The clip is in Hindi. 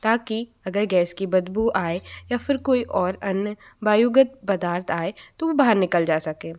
ताकि अगर गैस की बदबू आए या फिर कोई और अन्य वायु गत पदार्थ आए तो बाहर निकाल जा सके